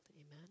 Amen